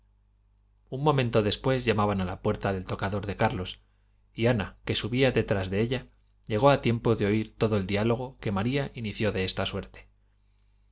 un momento después llamaban a la puerta del tocador de carlos y ana que subía detrás de ella llegó a tiempo de oír todo el diálogo que maría inició de esta suerte